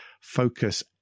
Focus